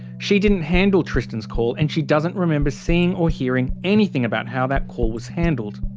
she didn't handle tristan's call, and she doesn't remember seeing or hearing anything about how that call was handled.